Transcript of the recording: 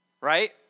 right